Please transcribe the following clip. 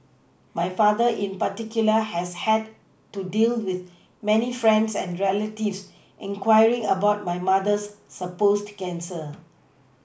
my father in particular has had to deal with many friends and relatives inquiring about my mother's supposed cancer